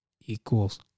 equals